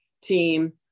team